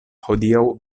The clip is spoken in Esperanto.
hodiaŭ